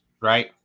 Right